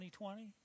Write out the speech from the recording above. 2020